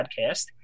podcast